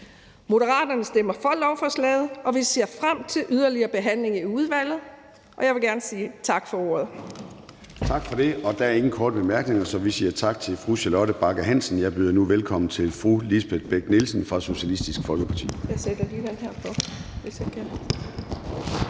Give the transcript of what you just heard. Moderaterne stemmer for lovforslaget, og vi ser frem til yderligere behandling i udvalget. Jeg vil gerne sige tak for ordet. Kl. 10:51 Formanden (Søren Gade): Tak for det. Der er ingen korte bemærkninger, så vi siger tak til fru Charlotte Bagge Hansen. Jeg byder nu velkommen til fru Lisbeth Bech-Nielsen fra Socialistisk Folkeparti.